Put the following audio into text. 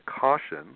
caution